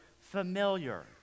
familiar